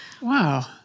Wow